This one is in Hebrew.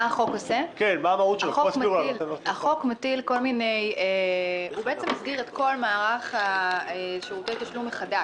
החוק בעצם מסדיר מחדש את כל מערך שירותי תשלום.